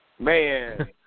Man